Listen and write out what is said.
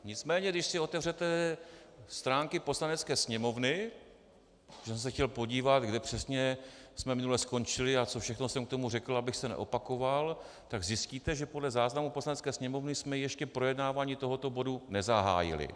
Nicméně když si otevřete stránky Poslanecké sněmovny chtěl jsem se podívat, kde přesně minule jsme skončili a co všechno jsem k tomu řekl, abych se neopakoval , tak zjistíte, že podle záznamu Poslanecké sněmovny jsme ještě projednávání tohoto bodu nezahájili.